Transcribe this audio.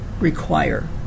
require